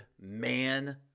man